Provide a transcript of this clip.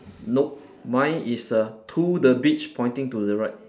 nope mine is err to the beach pointing to the right